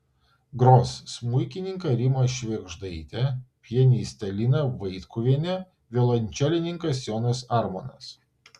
gros smuikininkė rima švėgždaitė pianistė lina vaitkuvienė violončelininkas jonas armonas